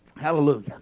Hallelujah